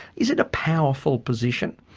is it a powerful position?